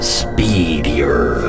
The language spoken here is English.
speedier